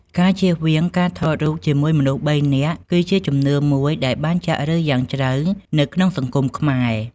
ការជៀសវាងការថតរូបជាមួយមនុស្សបីនាក់ គឺជាជំនឿមួយដែលបានចាក់ឫសយ៉ាងជ្រៅនៅក្នុងសង្គមខ្មែរ។